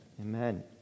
Amen